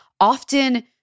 often